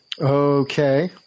Okay